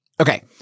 Okay